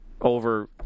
over